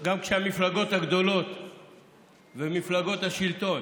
גם כשהמפלגות הגדולות ומפלגות השלטון